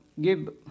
give